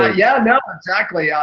ah yeah. no, exactly.